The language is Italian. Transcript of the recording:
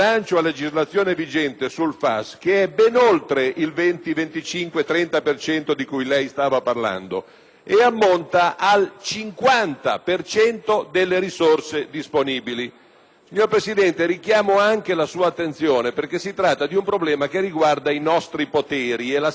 e ammonta al 50 per cento delle risorse disponibili. Signor Presidente, richiamo anche la sua attenzione perche´ si tratta di un problema che riguarda i nostri poteri e la significativita della decisione dell’Assemblea sul bilancio di previsione a legislazione vigente.